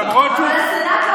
אבל הסנאט לא חתם.